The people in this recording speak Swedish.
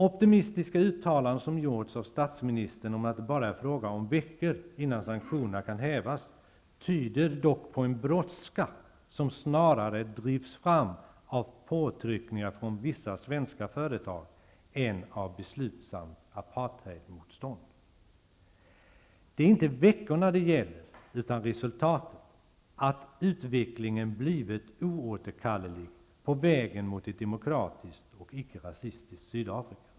Optimistiska uttalanden som gjorts av statsministern om att det bara är en fråga om veckor, innan sanktionerna kan hävas, tyder dock på en brådska som snarare drivs fram av påtryckningar från vissa svenska företag än av beslutsamt apartheidmotstånd. Det är inte veckorna det gäller utan resultatet, att utvecklingen blivit oåterkallelig på vägen mot ett demokratiskt och icke-rasistiskt Sydafrika.